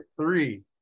three